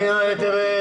זה כותרת.